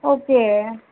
okay